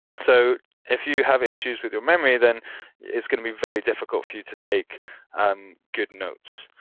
so if you have issues with your memory, then it's going to be very difficult for you to take um good notes,